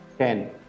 Ten